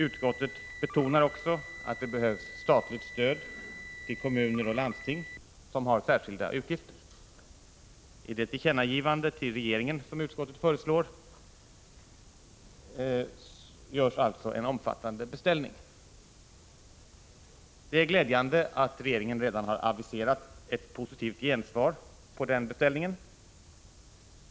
Utskottet betonar också att det behövs statligt stöd till kommuner och landsting som har särskilda utgifter. I det tillkännagivande till regeringen som utskottet föreslår att riksdagen skall ställa sig bakom görs alltså en omfattande beställning. Det är glädjande att regeringen redan har aviserat ett positivt gensvar på den beställningen.